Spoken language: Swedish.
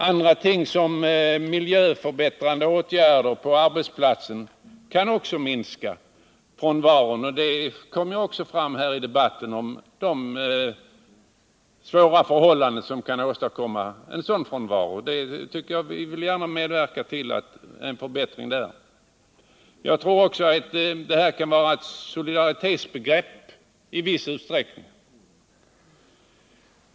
Andra ting, som miljöförbättrande åtgärder på arbetsplatsen, kan också minska frånvaron, och det har också kommit fram i debatten om de svåra förhållanden som kan åstadkomma korttidsfrånvaron. Vi vill gärna medverka till en förbättring där. Jag tror också att frågan om karensdagar i viss utsträckning kan vara en fråga om solidaritet och hänsyn.